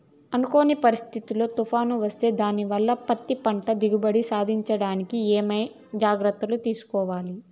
అనుకోని పరిస్థితుల్లో తుఫాను వస్తే దానివల్ల పత్తి పంట దిగుబడి సాధించడానికి ఏమేమి జాగ్రత్తలు తీసుకోవాలి?